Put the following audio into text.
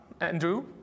Andrew